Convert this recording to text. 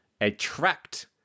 attract